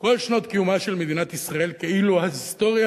כל שנות קיומה של מדינת ישראל כאילו ההיסטוריה